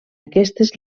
aquestes